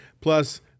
plus